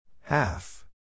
Half